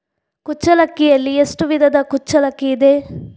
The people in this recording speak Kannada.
ಕುಚ್ಚಲಕ್ಕಿಯಲ್ಲಿ ಎಷ್ಟು ವಿಧದ ಕುಚ್ಚಲಕ್ಕಿ ಇದೆ?